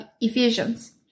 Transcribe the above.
Ephesians